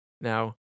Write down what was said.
now